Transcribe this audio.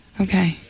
Okay